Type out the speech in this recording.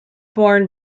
born